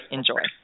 Enjoy